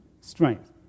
strength